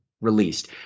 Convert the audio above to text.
released